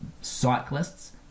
cyclists